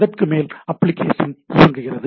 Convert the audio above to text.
அதற்கு மேல் அப்ளிகேஷன் இயங்குகிறது